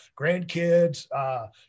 grandkids